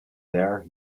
there